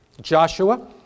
Joshua